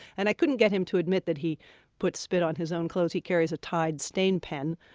and i couldn't get him to admit that he puts spit on his own clothes. he carries a tide stain pen,